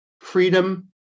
freedom